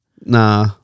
Nah